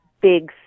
big